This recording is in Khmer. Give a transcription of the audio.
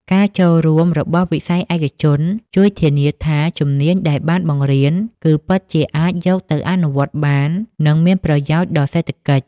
ការចូលរួមរបស់វិស័យឯកជនជួយធានាថាជំនាញដែលបានបង្រៀនគឺពិតជាអាចយកទៅអនុវត្តបាន និងមានប្រយោជន៍ដល់សេដ្ឋកិច្ច។